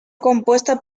compuesta